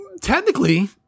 Technically